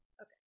Okay